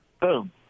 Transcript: Boom